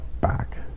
back